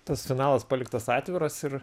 tas finalas paliktas atviras ir